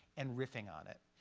and riffing on it.